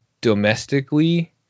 domestically